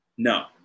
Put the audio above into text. No